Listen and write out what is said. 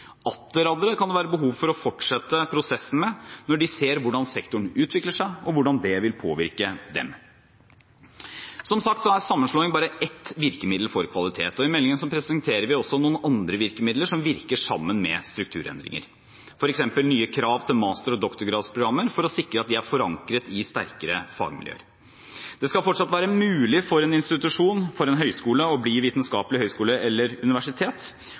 Atter andre kan det være behov for å fortsette prosessen med når de ser hvordan sektoren utvikler seg, og hvordan det vil påvirke dem. Som sagt er sammenslåing bare ett virkemiddel for kvalitet. I meldingen presenterer vi også noen andre virkemidler som virker sammen med strukturendringer, f.eks. nye krav til master- og doktorgradsprogrammer for å sikre at de er forankret i sterkere fagmiljøer. Det skal fortsatt være mulig for en institusjon, for en høyskole, å bli vitenskapelig høyskole eller universitet,